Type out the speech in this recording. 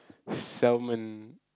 salmon